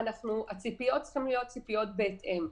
הציפיות צריכות להיות בהתאם,